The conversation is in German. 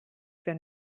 für